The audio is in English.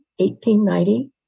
1890